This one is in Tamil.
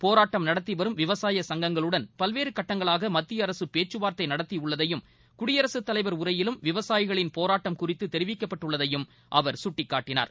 போராட்டம் நடத்தி வரும் விவசாய சங்கங்களுடன் பல்வேறு கட்டங்களாக மத்திய அரசு பேச்சுவார்த்தை நடத்தியுள்ளதையும் குடியரசுத் தலைவர் உரையிலும் விவசாயிகளின் போராட்டம் குறித்து தெரிவிக்கப்பட்டுள்ளதையும் அவர் சுட்டிக்காட்டினார்